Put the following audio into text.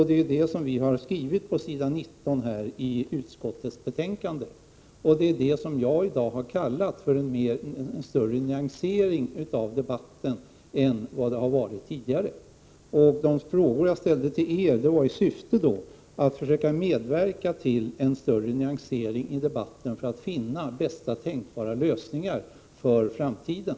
Det är detta som vi framhåller på s. 19 i utskottsbetänkandet och som jag i dag har kallat för en bättre nyansering av debatten än tidigare. De frågor som jag ställde till er syftade till att försöka åstadkomma en bättre nyansering i debatten, i avsikt att finna de bästa tänkbara lösningarna för framtiden.